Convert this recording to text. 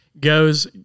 goes